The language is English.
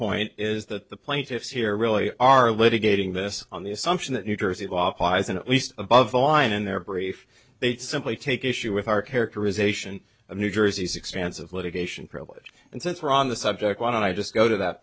point is that the plaintiffs here really are litigating this on the assumption that new jersey isn't at least above the line in their brief they simply take issue with our characterization of new jersey's expansive litigation privilege and since we're on the subject why don't i just go to that